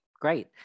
Great